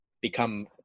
become